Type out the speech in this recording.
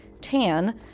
Tan